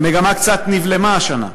המגמה קצת נבלמה השנה.